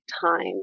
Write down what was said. time